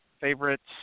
favorites